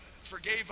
forgave